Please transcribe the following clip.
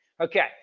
Okay